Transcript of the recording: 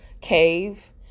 cave